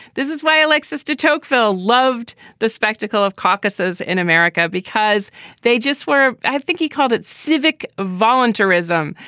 this is why alexis de tocqueville loved the spectacle of caucuses in america, because they just were. i think he called it civic volunteerism,